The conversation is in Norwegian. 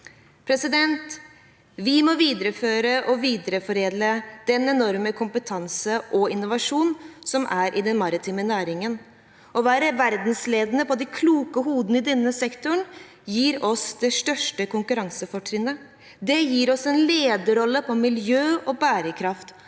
årlig. Vi må videreføre og videreforedle den enorme kompetanse og innovasjon som er i den maritime næringen. Å være verdensledende på de kloke hodene i denne sektoren gir oss det største konkurransefortrinnet. Det gir oss en lederrolle på miljø og bærekraft,